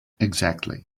exactly